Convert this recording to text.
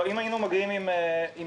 אם היינו מגיעים בניצול-יתר,